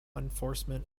enforcement